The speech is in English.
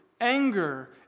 anger